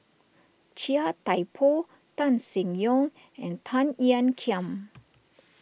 Chia Thye Poh Tan Seng Yong and Tan Ean Kiam